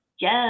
Yes